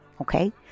Okay